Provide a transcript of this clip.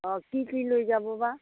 অঁ কি কি লৈ যাব বা